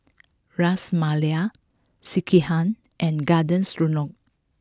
Ras Malai Sekihan and Garden Stroganoff